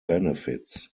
benefits